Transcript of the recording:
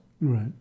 right